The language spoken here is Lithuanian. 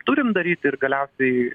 turim daryti ir galiausiai